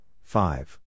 five